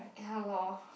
ya lor